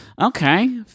Okay